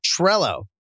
Trello